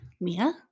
Mia